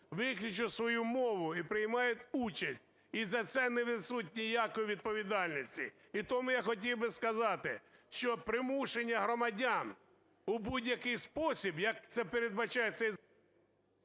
виключно свою мову і приймають участь, і за це не несуть ніякої відповідальності. І тому я хотів би сказати, що примушення громадян в будь-який спосіб, як це передбачається…